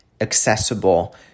accessible